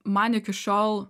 man iki šiol